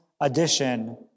addition